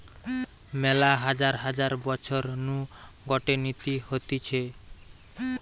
মেলা হাজার হাজার বছর নু গটে নীতি হতিছে